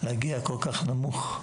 להגיע כל כך נמוך,